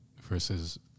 versus